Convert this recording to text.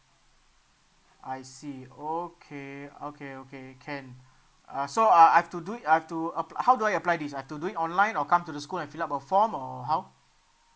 I see okay okay okay can uh so uh I've to do it uh I've to appl~ uh how do I apply this ah I have to do it online or come to the school and fill up a form or how